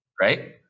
Right